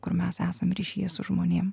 kur mes esam ryšyje su žmonėm